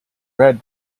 red